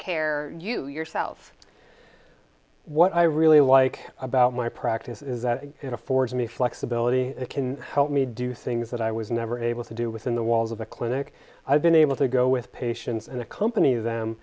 care you yourself what i really like about my practice is that it affords me flexibility can help me do things that i was never able to do within the walls of a clinic i've been able to go with patients and accompany them